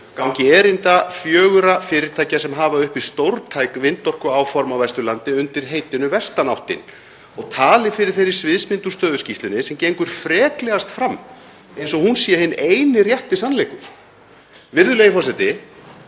gangi erinda fjögurra fyrirtækja sem hafa uppi stórtæk vindorkuáform á Vesturlandi undir heitinu Vestanáttin og tali fyrir þeirri sviðsmynd úr stöðuskýrslunni sem gengur freklegast fram, eins og hún sé hinn eini rétti sannleikur. Virðulegur forseti.